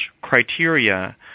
criteria